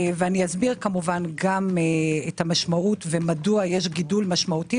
אני אסביר כמובן גם את המשמעות ומדוע יש גידול משמעותי